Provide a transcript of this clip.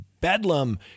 bedlam